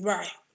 Right